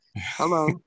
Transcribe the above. Hello